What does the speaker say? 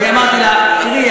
אני אמרתי לה: תראי,